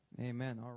Amen